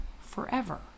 forever